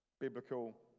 Biblical